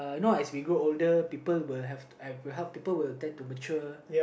I know as we grow older people will have have people will tend to mature